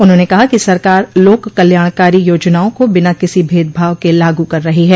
उन्होंने कहा कि सरकार लोक कल्याणकारी योजनाओं को बिना किसी भेदभाव के लागू कर रही है